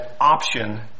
option